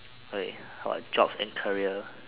okay jobs and career